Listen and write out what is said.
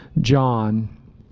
John